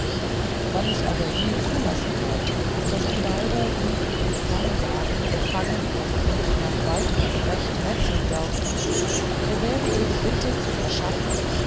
wann ich aber je zulassen wollte daß die weiber sie in ihren bann jagen fangen und nach waidmanns recht metzeln dörften so wäre ihre bitte zu verschaffen